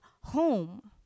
home